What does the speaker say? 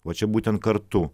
o čia būtent kartu